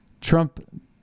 Trump